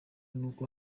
nuko